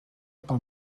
pel